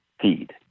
feed